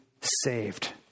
saved